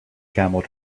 camel